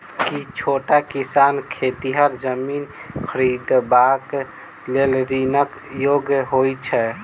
की छोट किसान खेतिहर जमीन खरिदबाक लेल ऋणक योग्य होइ छै?